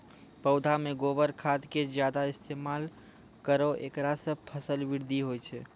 पौधा मे गोबर खाद के ज्यादा इस्तेमाल करौ ऐकरा से फसल बृद्धि होय छै?